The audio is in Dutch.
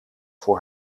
voor